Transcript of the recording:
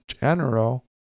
general